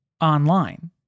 online